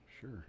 Sure